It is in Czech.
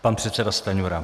Pan předseda Stanjura.